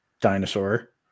dinosaur